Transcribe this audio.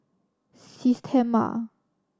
Systema